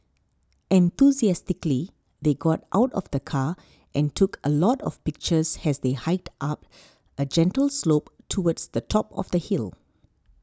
enthusiastically they got out of the car and took a lot of pictures as they hiked up a gentle slope towards the top of the hill